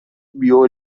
vio